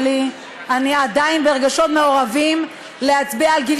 ואני מקווה שבדיונים הדבר הזה גם יבוא לידי